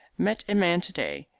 met a man to-day,